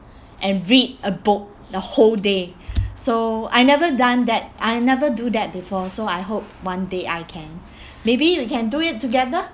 and read a book the whole day so I never done that I never do that before so I hope one day I can maybe we can do it together